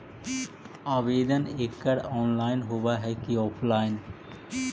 आवेदन एकड़ ऑनलाइन होव हइ की ऑफलाइन?